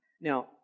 now